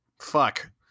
fuck